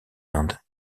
inde